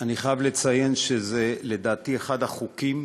אני חייב לציין שלדעתי זה אחד החוקים